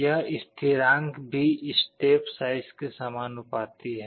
यह स्थिरांक भी स्टेप साइज के समानुपाती है